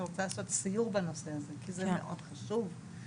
אלא יש להם לקות למידה שלעיתים גורמת